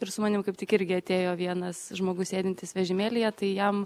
ir su manim kaip tik irgi atėjo vienas žmogus sėdintis vežimėlyje tai jam